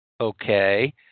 Okay